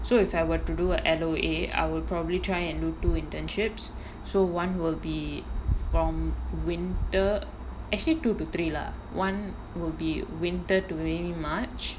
so if I were to do a L_O_A I will probably try and do two internships so one will be from winter actually two to three lah one will be winter to maybe march